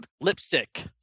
Lipstick